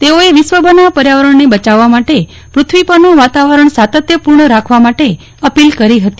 તેઓએ વિશ્વભરમાં પર્યાવરણને બચાવવા માટે પૃથ્વીપરનું વાતાવરણ સાતત્યપૂર્ણ રાખવા માટે અપીલ કરી હતી